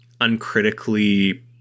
uncritically